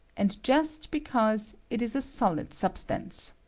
and just because it is a solid substance.